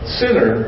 sinner